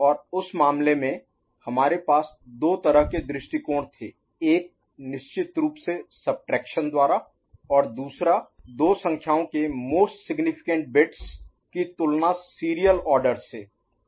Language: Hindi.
और उस मामले में हमारे पास दो तरह के दृष्टिकोण थे एक निश्चित रूप से सब्ट्रैक्शन Subtraction घटाव द्वारा और दूसरा दो संख्याओं के most significant bits Most Significant Bits अधिक महत्वपूर्ण बिट्स की तुलना सीरियल आर्डर Serial Order क्रमिक रूप से